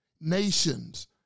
Nations